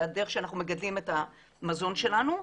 והדרך שאנחנו מגדלים את המזון שלנו,